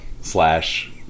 slash